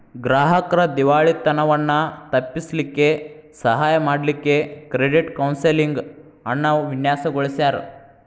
ಗ್ರಾಹಕ್ರ್ ದಿವಾಳಿತನವನ್ನ ತಪ್ಪಿಸ್ಲಿಕ್ಕೆ ಸಹಾಯ ಮಾಡ್ಲಿಕ್ಕೆ ಕ್ರೆಡಿಟ್ ಕೌನ್ಸೆಲಿಂಗ್ ಅನ್ನ ವಿನ್ಯಾಸಗೊಳಿಸ್ಯಾರ್